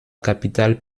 capitale